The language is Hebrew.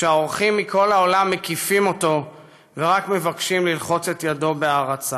כשאורחים מכל העולם מקיפים אותו ורק מבקשים ללחוץ את ידו בהערצה.